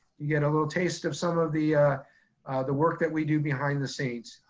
you get a little taste of some of the the work that we do behind the scenes.